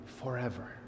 forever